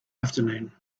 afternoon